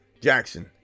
Jackson